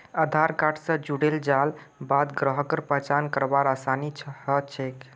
आधार card स जुड़ेल जाल बाद ग्राहकेर पहचान करवार आसानी ह छेक